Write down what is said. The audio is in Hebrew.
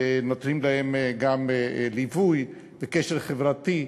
ונותנים להם גם ליווי וקשר חברתי,